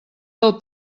del